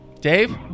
Dave